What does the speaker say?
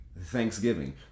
Thanksgiving